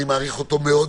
אני מעריך אותו מאוד,